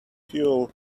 fuel